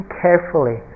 carefully